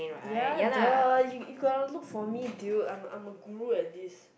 ya the you gonna look for me dude I am I am good at these